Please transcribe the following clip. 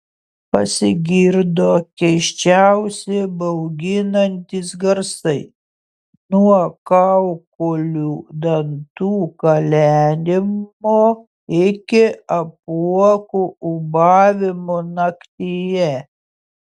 pasigirdo keisčiausi bauginantys garsai nuo kaukolių dantų kalenimo iki apuokų ūbavimo naktyje